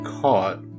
caught